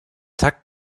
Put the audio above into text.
takt